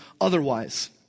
otherwise